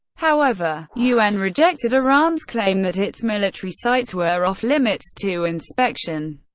however, un rejected iran's claim that its military sites were off-limits to inspection.